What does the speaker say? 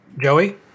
Joey